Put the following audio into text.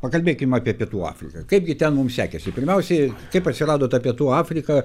pakalbėkim apie pietų afriką kaipgi ten mum sekėsi pirmiausiai kaip atsirado ta pietų afrika